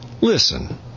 listen